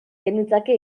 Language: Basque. genitzake